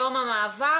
במהרה,